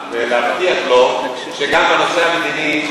ולהבטיח לו שגם בנושא המדיני,